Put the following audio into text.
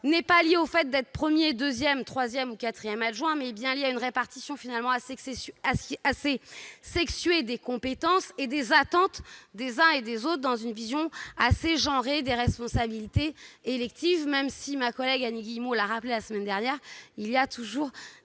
non pas au fait d'être premier, deuxième, troisième ou quatrième adjoint, mais à une répartition assez sexuée des compétences et des attentes des uns et des autres dans une vision genrée des responsabilités électives, même si, Annie Guillemot l'a rappelé la semaine dernière, ce constat